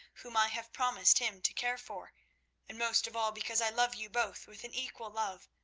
whom i have promised him to care for and most of all because i love you both with an equal love,